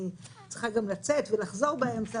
אני צריכה גם לצאת ולחזור באמצע,